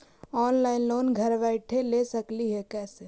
Online loan घर बैठे ले सकली हे, कैसे?